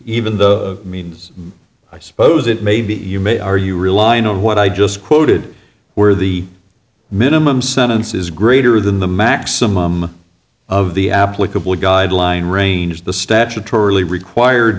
even the means i suppose it may be you may are you relying on what i just quoted where the minimum sentence is greater than the maximum of the applicable guideline range the statutorily required